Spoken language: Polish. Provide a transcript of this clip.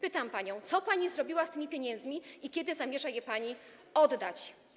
Pytam panią, co pani zrobiła z tymi pieniędzmi i kiedy zamierza je pani oddać.